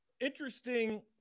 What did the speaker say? Interesting